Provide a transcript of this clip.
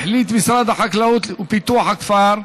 החליט משרד החקלאות ופיתוח הכפר,